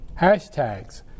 hashtags